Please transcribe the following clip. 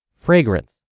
fragrance